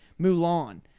Mulan